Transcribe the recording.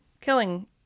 killing